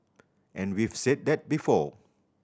and we've said that before